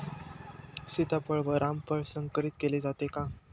सीताफळ व रामफळ संकरित केले जाते का?